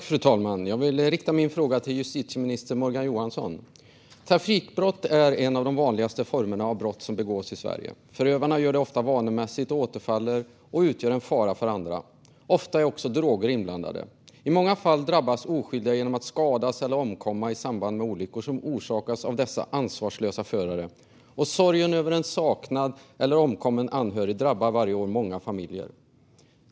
Fru talman! Jag vill rikta min fråga till justitieminister Morgan Johansson. Trafikbrott är en av de vanligaste formerna av brott som begås i Sverige. Förövarna gör det ofta vanemässigt; de återfaller och utgör en fara för andra. Ofta är också droger inblandade. I många fall drabbas oskyldiga som skadas eller omkommer i samband med olyckor som orsakas av dessa ansvarslösa förare. Sorgen och saknaden efter en omkommen anhörig drabbar varje år många familjer.